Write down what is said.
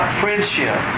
friendship